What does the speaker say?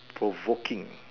provoking